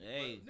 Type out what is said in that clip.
Hey